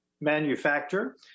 manufacture